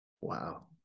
Wow